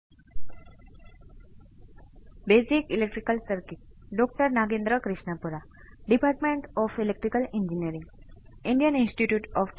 હવે પાછળથી રસપ્રદ ઇનપુટ પર આપણે પાછળથી જોશું કે તે શા માટે રસપ્રદ છે અને ખરેખર હું અહીં ઇચ્છિત હોઈ શકું છું તેથી V p cos ω t ϕ